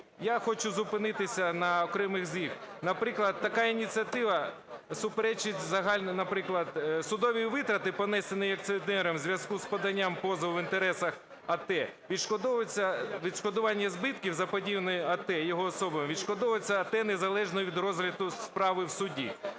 я хочу зупинитися на окремих з них. Наприклад, така ініціатива суперечить загальній, наприклад, судові витрати, понесені акціонером у зв'язку з поданням позову в інтересах АТ, відшкодування збитків, заподіяні АТ, його особою, відшкодовується АТ, незалежно від розгляду справи в суді.